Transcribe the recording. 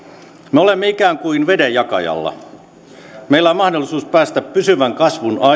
me olemme ikään kuin vedenjakajalla meillä on mahdollisuus päästä pysyvän kasvun